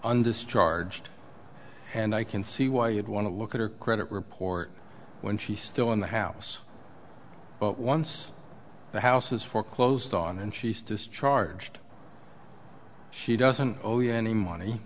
undischarged and i can see why you'd want to look at her credit report when she's still in the house but once the house is foreclosed on and she's discharged she doesn't owe you any money